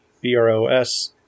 B-R-O-S